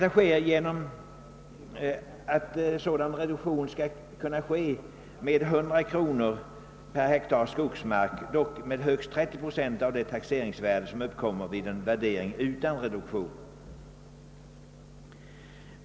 Sådan reduk tion skall kunna ske med 100 kronor per hektar skogsmark, dock med högst 30 procent av det taxeringsvärde som uppkommer vid en värdering utan reduktion.